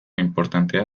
inportantea